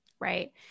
Right